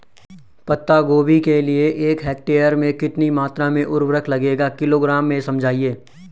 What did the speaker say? पत्ता गोभी के लिए एक हेक्टेयर में कितनी मात्रा में उर्वरक लगेगा किलोग्राम में समझाइए?